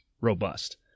robust